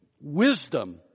wisdom